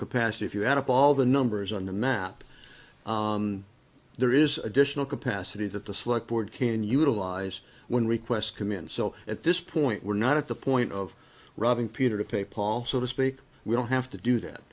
capacity if you add up all the numbers on the map there is additional capacity that the slug board can utilize when requests command so at this point we're not at the point of robbing peter to pay paul so to speak we don't have to do that